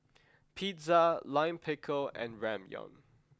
Pizza Lime Pickle and Ramyeon